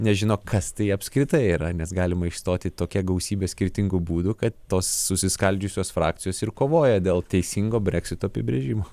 nežino kas tai apskritai yra nes galima išstoti tokia gausybe skirtingų būdų kad tos susiskaldžiusios frakcijos ir kovoja dėl teisingo breksito apibrėžimo